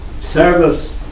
service